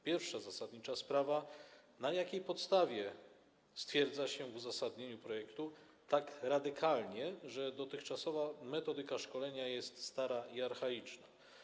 Pierwsza zasadnicza sprawa: Na jakiej podstawie stwierdza się w uzasadnieniu projektu tak radykalnie, że dotychczasowa metodyka szkolenia jest stara i archaiczna?